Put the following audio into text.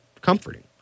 comforting